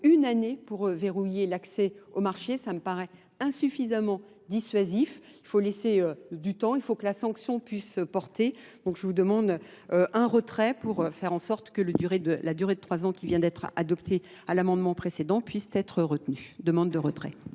1 année pour verrouiller l'accès au marché ça me paraît insuffisamment dissuasif il faut laisser du temps il faut que la sanction puisse porter donc je vous demande un retrait pour faire en sorte que la durée de trois ans qui vient d'être adoptée à l'amendement précédent puisse être retenue, demande de retrait.